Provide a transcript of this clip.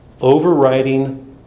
overriding